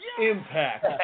Impact